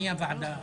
מי הוועדה?